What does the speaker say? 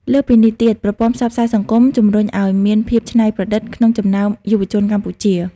លើសពីនេះទៀត ប្រព័ន្ធផ្សព្វផ្សាយសង្គមជំរុញឲ្យមានភាពច្នៃប្រឌិតក្នុងចំណោមយុវជនកម្ពុជា។